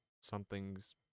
something's